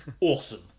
awesome